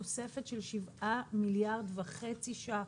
תוספת של שבעה מיליארד וחצי ₪